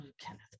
Kenneth